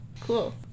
Cool